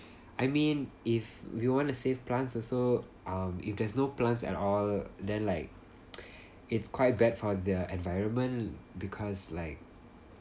I mean if we want to save plants also um if there's no plants at all then like it's quite bad for the environment because like